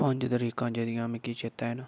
पंज तरीकां जेह्ड़ियां मिगी चेता ऐ न